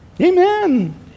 Amen